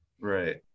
right